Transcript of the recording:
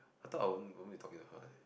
I thought I won't be talking to her